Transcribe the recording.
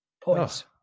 points